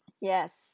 yes